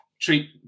treat